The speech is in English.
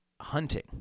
hunting